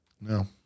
No